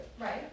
Right